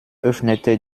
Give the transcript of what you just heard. öffnete